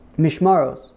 mishmaros